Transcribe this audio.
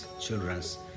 children's